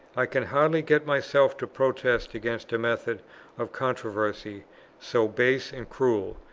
i can hardly get myself to protest against a method of controversy so base and cruel,